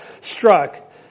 struck